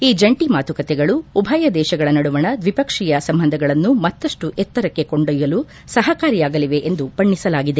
ಈ ಜಂಟ ಮಾತುಕತೆಗಳು ಉಭಯ ದೇಶಗಳ ನಡುವಣ ದ್ವಿಪಕ್ಷೀಯ ಸಂಬಂಧಗಳನ್ನು ಮತ್ತಷ್ಟು ಎತ್ತರಕ್ಕೆ ಕೊಂಡೊಯ್ಲಲು ಸಹಕಾರಿಯಾಗಲಿವೆ ಎಂದು ಬಣ್ಣಿಸಲಾಗಿದೆ